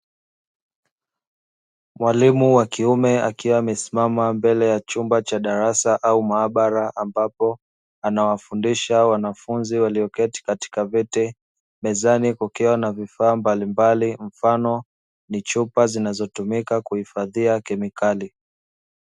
Mwalimu wa kiume akiwa amesimama mbele ya chumba cha darasa au maabara ambapo anawafundisha wanafunzi walioketi katika viti, mezani kukiwa na vifaa mbalimbali mfano ni chupa zinazotumika kuhifadhia kemikali.